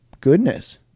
goodness